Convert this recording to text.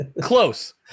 Close